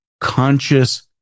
conscious